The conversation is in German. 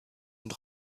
und